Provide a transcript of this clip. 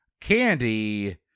candy